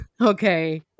okay